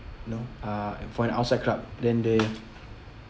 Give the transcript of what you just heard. know uh for an outside club then they